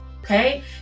okay